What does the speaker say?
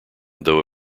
though